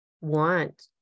want